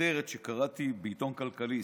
כותרת שקראתי בעיתון כלכליסט: